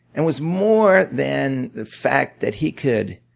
and was more than the fact that he could